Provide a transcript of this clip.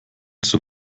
zur